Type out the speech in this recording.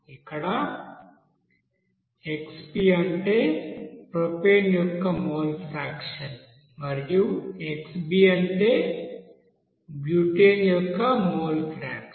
ఇక్కడ Xp అంటే propane యొక్క మోల్ ఫ్రాక్షన్ మరియు Xb అంటే బ్యూటేన్ యొక్క మోల్ ఫ్రాక్షన్